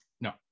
No